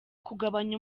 kugabanya